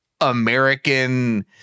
American